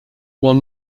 one